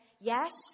Yes